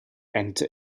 enter